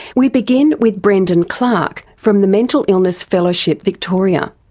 we begin with brendon clarke from the mental illness fellowship victoria.